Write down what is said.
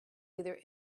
either